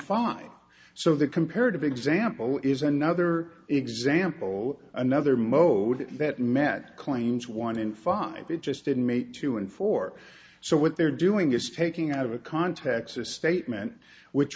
fine so the comparative example is another example another mode that met claims one in five it just didn't make two and four so what they're doing is taking out of a contacts a statement which